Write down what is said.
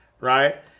right